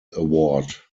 award